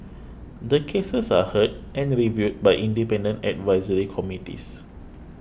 the cases are heard and reviewed by independent advisory committees